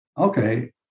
okay